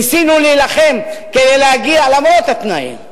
ניסינו להילחם כדי להגיע למרות התנאים.